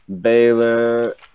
baylor